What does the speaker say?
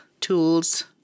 tools